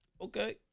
Okay